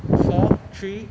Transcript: four three